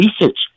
research